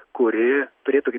kuri turėtų gi